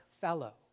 fellow